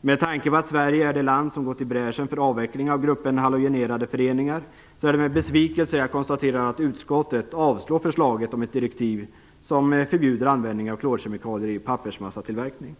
Med tanke på att Sverige är det land som gått i bräschen för avveckling av gruppen halogenerade föreningar är det med besvikelse jag konstaterar att utskottet avstyrker förslaget om ett direktiv som förbjuder användning av klorkemikalier vid pappersmassatillverkning.